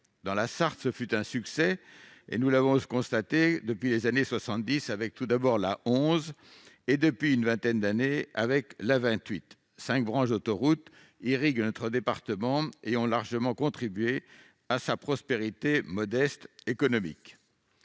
Dans la Sarthe, ce fut un succès, et nous l'avons constaté depuis les années 1970 avec l'A11 et depuis une vingtaine d'années avec l'A28. Cinq branches d'autoroute irriguent notre département et ont largement contribué à sa- modeste ! -prospérité économique.